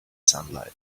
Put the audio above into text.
sunlight